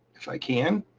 if i can.